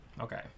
Okay